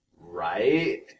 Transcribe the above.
Right